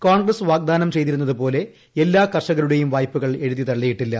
കോൺഗ്രസ് വാഗ്ദാനം ചെയ്തിരുന്നത് പോലെ എല്ലാ കർഷകരുടെയും വായ്പകൾ എഴുതിതള്ളിയിട്ടില്ല